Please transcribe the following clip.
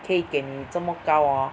可以给你这么高 hor